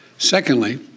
Secondly